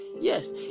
Yes